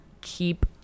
keep